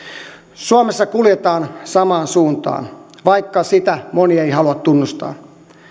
suomessa kuljetaan samaan suuntaan vaikka sitä moni ei halua tunnustaa